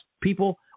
people